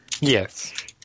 Yes